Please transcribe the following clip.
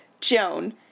Joan